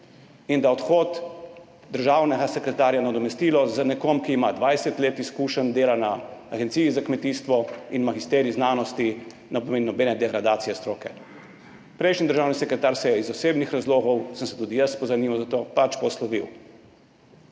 in da odhod državnega sekretarja in njegova nadomestitev z nekom, ki ima 20 let izkušenj dela na Agenciji za kmetijstvo in magisterij znanosti, ne pomeni nobene degradacije stroke. Prejšnji državni sekretar se je iz osebnih razlogov – sem se tudi jaz pozanimal o tem – pač poslovil.